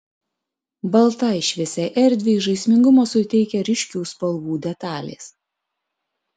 baltai šviesiai erdvei žaismingumo suteikia ryškių spalvų detalės